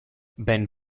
ben